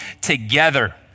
together